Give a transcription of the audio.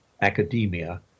academia